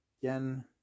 Again